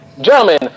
Gentlemen